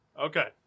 Okay